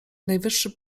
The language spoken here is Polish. najwyższy